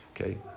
Okay